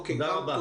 תודה רבה.